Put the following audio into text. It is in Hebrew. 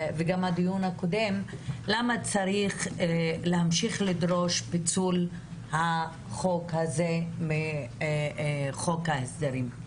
למה צריך להמשיך לדרוש פיצול החוק הזה מחוק ההסדרים.